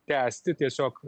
tęsti tiesiog